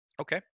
Okay